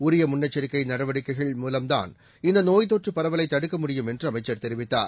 உரியமுன்னெச்சரிக்கைநடவடிக்கைகள் மூலம்தான் இந்தநோய் தொற்றுபரவலைதடுக்க முடியும் என்றுஅமைச்சர் தெரிவித்தார்